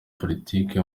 politiki